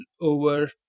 over